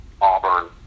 Auburn